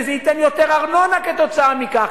וזה ייתן יותר ארנונה כתוצאה מכך,